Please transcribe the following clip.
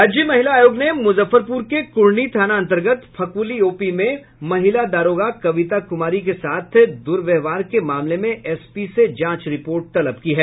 राज्य महिला आयोग ने मुजफ्फरपुर के कुढ़नी थाना अंतर्गत फकुली ओपी में महिला दारोगा कविता कुमारी के साथ दुर्व्यवहार के मामले में एसपी से जांच रिपोर्ट तलब की है